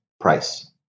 price